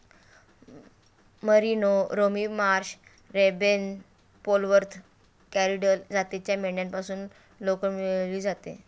merino, Romney Marsh, Rambouillet, Polwarth, Corriedale जातीच्या मेंढ्यांपासून लोकर मिळवली जाते